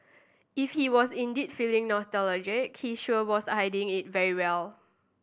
if he was indeed feeling nostalgic he sure was hiding it very well